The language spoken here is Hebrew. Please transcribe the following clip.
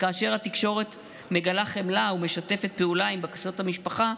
וכאשר התקשורת מגלה חמלה ומשתפת פעולה עם בקשות המשפחה,